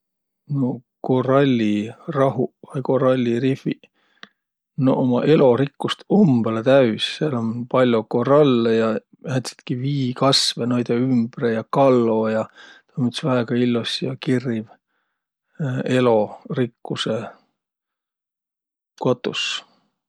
Nuuq korallirahuq vai korallirifiq noq ummaq elorikkust umbõlõ täüs. Sääl um pall'o korallõ ja määntsitki viikasvõ noidõ ümbre ja, ja kallo ja. Tuu um üts väega illos ja kirriv elorikkusõ kotus.